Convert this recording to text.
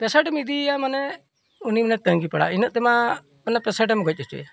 patient ᱮᱢ ᱤᱫᱤᱭᱮᱭᱟ ᱢᱟᱱᱮ ᱩᱱᱤ ᱚᱱᱟ ᱛᱟᱸᱜᱤ ᱵᱟᱲᱟ ᱤᱱᱟᱹᱜ ᱛᱮᱢᱟ ᱢᱟᱱᱮ ᱯᱮᱥᱮᱱᱴ ᱮᱢ ᱜᱚᱡ ᱦᱚᱪᱚᱭᱭᱟ